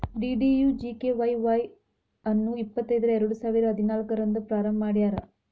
DDUGKY Y ಅನ್ನು ಇಪ್ಪತೈದರ ಎರಡುಸಾವಿರ ಹದಿನಾಲ್ಕು ರಂದ್ ಪ್ರಾರಂಭ ಮಾಡ್ಯಾರ್